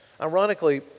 Ironically